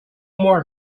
more